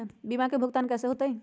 बीमा के भुगतान कैसे होतइ?